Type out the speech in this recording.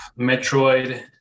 Metroid